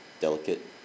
delicate